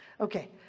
Okay